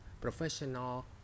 professional